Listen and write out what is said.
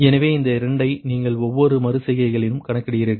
எனவே இந்த 2 ஐ நீங்கள் ஒவ்வொரு மறு செய்கையிலும் கணக்கிடுகிறீர்கள்